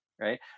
Right